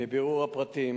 מבירור הפרטים